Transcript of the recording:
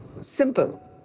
Simple